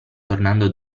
tornando